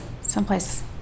someplace